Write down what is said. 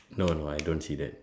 no no I don't see that